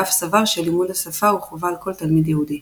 ואף סבר שלימוד השפה הוא חובה על כל תלמיד יהודי.